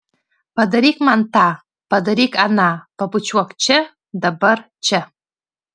padaryk man tą padaryk aną pabučiuok čia dabar čia